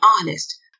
honest